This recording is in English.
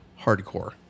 Hardcore